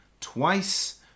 twice